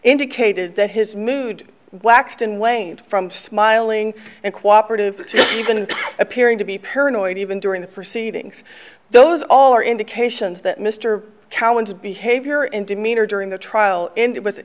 indicated that his mood waxed and waned from smiling and cooperated even appearing to be paranoid even during the proceedings those all are indications that mr cowan's behavior in demeanor during the trial and it was an